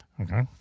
Okay